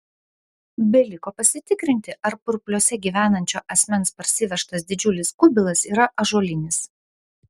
beliko pasitikrinti ar purpliuose gyvenančio asmens parsivežtas didžiulis kubilas yra ąžuolinis